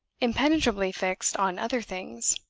impenetrably fixed on other things.